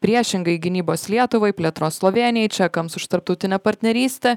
priešingai gynybos lietuvai plėtros slovėnijai čekams už tarptautinę partnerystę